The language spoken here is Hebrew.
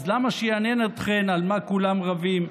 אז למה שיעניין אתכן על מה כולם רבים?